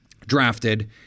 drafted